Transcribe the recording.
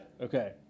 Okay